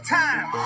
time